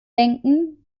denken